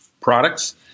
products